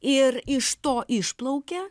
ir iš to išplaukia